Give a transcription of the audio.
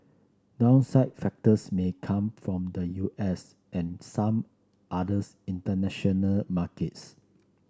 downside factors may come from the U S and some others international markets